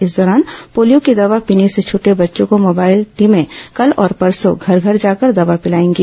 इस दौरान पोलियों की दवा पीने से छटे बच्चों को मोबाइल टीमें कल और परसों घर घर जाकर दवा पिलाएंगी